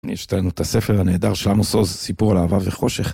יש לנו את הספר הנהדר של עמוס עוז, סיפור על אהבה וחושך.